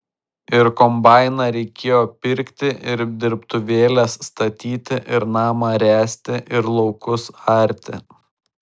ir kombainą reikėjo pirkti ir dirbtuvėles statyti ir namą ręsti ir laukus arti